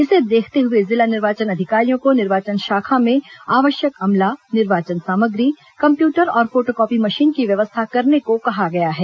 इसे देखते हुए जिला निर्वाचन अधिकारियों को निर्वाचन शाखा में आवश्यक अमला निर्वाचन सामग्री कम्प्यूटर और फोटोकॉपी मशीन की व्यवस्था करने को कहा गया है